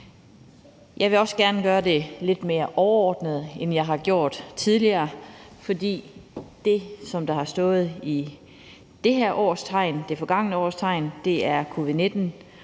Jeg vil også gerne gøre det lidt mere overordnet, end jeg har gjort tidligere. Det, der har stået i det forgangne års tegn, er covid-19,